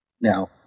Now